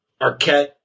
Arquette